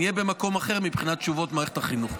נהיה במקום אחר מבחינת תשובות מערכת החינוך.